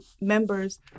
members